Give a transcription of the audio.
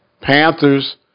Panthers